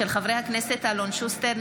חברי הכנסת אלון שוסטר,